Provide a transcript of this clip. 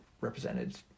represented